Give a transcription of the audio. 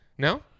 No